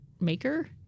Maker